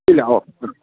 ഇല്ല ഓ